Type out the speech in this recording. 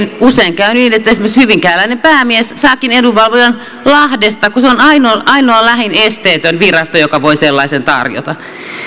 usein käy niin että esimerkiksi hyvinkääläinen päämies saakin edunvalvojan lahdesta kun se on ainoa ainoa lähin esteetön virasto joka voi sellaisen tarjota